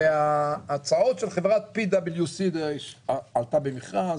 וההצעות של חברת PwC היא עלתה במכרז,